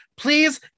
Please